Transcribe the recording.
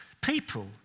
People